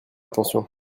attention